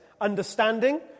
understanding